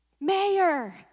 Mayor